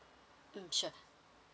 mm sure